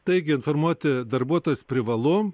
taigi informuoti darbuotojus privalu